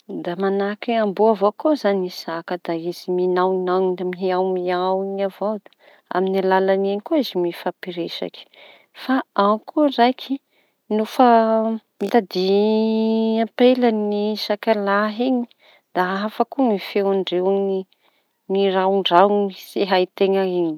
Da manahaky ny amboa avao koa izañy saka; da izy miñaoñao da miaon miaon avao; amin'ny alalany iñy koa izy mifampiresaky. Fa ao ko raiky no fa mitadia ampela ny saka lahy da hafa koa ny feon-dreo amin'iñy miraondraon tsy hay teña iñy.